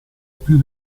più